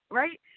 right